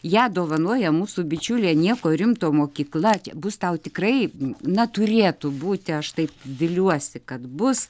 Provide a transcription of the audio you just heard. ją dovanoja mūsų bičiulė nieko rimto mokykla bus tau tikrai na turėtų būti aš taip viliuosi kad bus